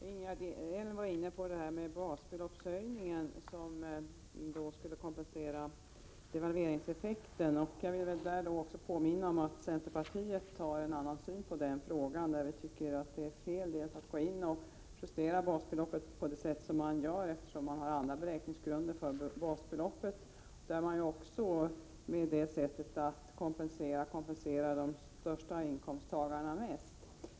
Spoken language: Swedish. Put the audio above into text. Herr talman! Ingegerd Elm var inne på detta med basbeloppshöjningen, som skulle kompensera devalveringseffekten. Jag vill då påminna om att vi i centerpartiet har en annan syn på den frågan. Vi tycker att det är fel att gå in och justera basbeloppet på det sätt som man gör, eftersom man ju har andra beräkningsgrunder för basbeloppet. På detta sätt kompenserar man de inkomsttagare som har de största inkomsterna mest.